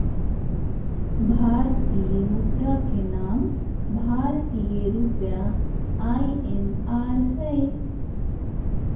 भारतीय मुद्रा के नाम भारतीय रुपया आई.एन.आर हइ